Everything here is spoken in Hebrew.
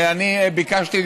אני ביקשתי,